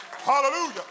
Hallelujah